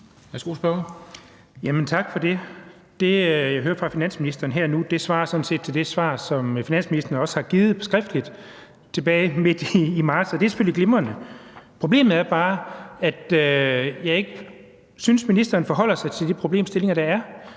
Tak for det. Det, jeg hører fra finansministeren her nu, svarer sådan set til det svar, som finansministeren også har givet skriftligt tilbage midt i marts, og det er selvfølgelig glimrende. Problemet er bare, at jeg ikke synes, ministeren forholder sig til de problemstillinger, der er.